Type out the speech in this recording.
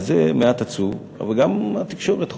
זה מעט עצוב, אבל גם התקשורת חוטאת.